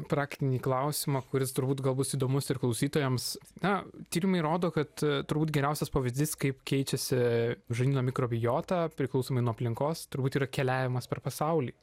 praktinį klausimą kuris turbūt gal bus įdomus ir klausytojams na tyrimai rodo kad turbūt geriausias pavyzdys kaip keičiasi žarnyno mikrobiota priklausomai nuo aplinkos turbūt yra keliavimas per pasaulį